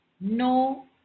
No